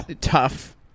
tough